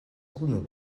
unu